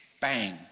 Bang